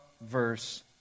verse